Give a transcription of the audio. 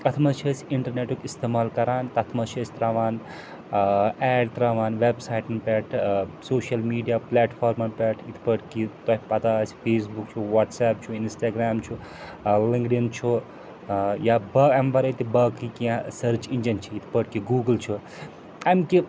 اَتھ منٛز چھِ أسۍ اِنٹرنیٚٹُک استعمال کَران تَتھ منٛز چھِ أسۍ ترٛاوان ٲں ایڈ ترٛاوان ویٚب سایٹَن پٮ۪ٹھ ٲں سوشَل میٖڈیا پلیٹ فارمَن پٮ۪ٹھ یِتھ پٲٹھۍ کہِ تۄہہِ پَتہ آسہِ فیس بُک چھُ وَٹس ایپ چھُ اِنسٹاگرٛام چھُ ٲں لِنٛکٕڈ اِن چھُ ٲں یا با اَمہِ وَرٲے تہِ باقٕے کیٚنٛہہ سٔرٕچ اِنجیٚن چھِ یِتھ پٲٹھۍ کہِ گوٗگل چھُ اَمہِ کہِ